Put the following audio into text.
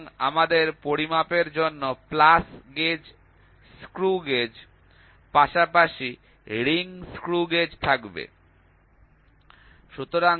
সুতরাং আমাদের পরিমাপের জন্য প্লাস গেজ স্ক্রু গেজ পাশাপাশি রিং স্ক্রু গেজ থাকবে